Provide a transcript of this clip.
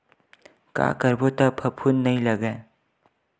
का करबो त फफूंद नहीं लगय?